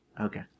Okay